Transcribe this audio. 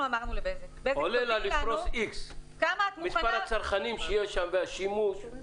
עולה לה לפרוס איקס, מספר הצרכנים שיש שם והשימוש.